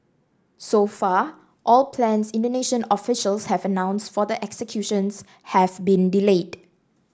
so far all plans Indonesian officials have announced for the executions have been delayed